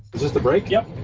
is this the break? yep.